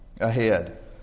ahead